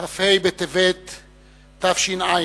בטבת תש"ע,